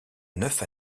neuf